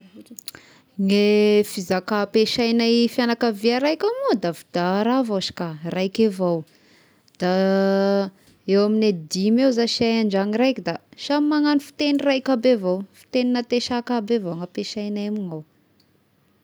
Ny fizaka ampiasaignay fianakavia raiky moa dafy da raha vao izy ka, raika avao, da eo amign'ny dimy eo zashy ay an-dragno raiky da samagnano fitegny raika aby avao, fitegnina antesaka aby avao no ampiasaignay amignao.